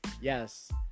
Yes